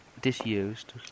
disused